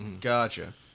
Gotcha